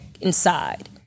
inside